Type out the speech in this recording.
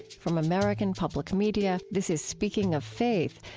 from american public media, this is speaking of faith,